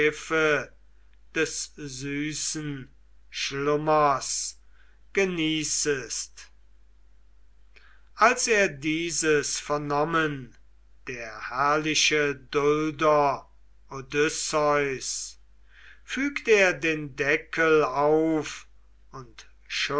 des süßen schlummers genießest als er dieses vernommen der herrliche dulder odysseus fügt er den deckel auf und